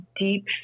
deep